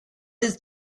his